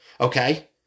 okay